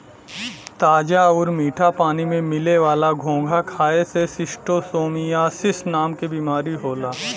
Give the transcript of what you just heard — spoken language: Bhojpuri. ताजा आउर मीठा पानी में मिले वाला घोंघा खाए से शिस्टोसोमियासिस नाम के बीमारी होला